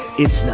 it's